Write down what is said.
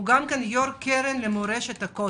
הוא גם יו"ר קרן למורשת הכותל.